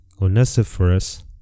Onesiphorus